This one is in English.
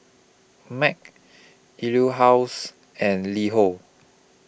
MAG Etude House and LiHo